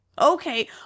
Okay